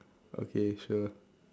okay sure